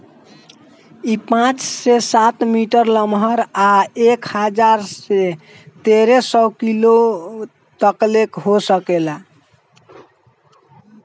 इ पाँच से सात मीटर लमहर आ एक हजार से तेरे सौ किलो तकले हो सकेला